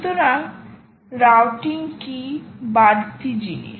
সুতরাং রাউটিং কী বাড়তি জিনিস